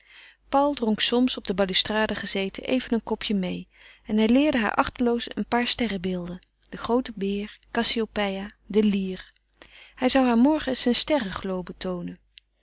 paul dronk soms op de ballustrade gezeten even een kopje meê en hij leerde haar achteloos een paar sterrebeelden den groote beer cassiopeia de lier hij zou haar morgen eens zijne sterrenglobe toonen